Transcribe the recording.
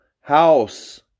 house